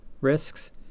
risks